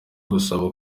gusaba